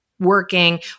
working